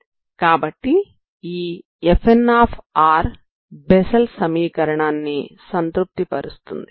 కాబట్టి ఈ Fn Bessel సమీకరణాన్ని సంతృప్తి పరుస్తుంది